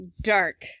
dark